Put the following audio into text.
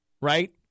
right